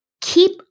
Keep